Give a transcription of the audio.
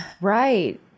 Right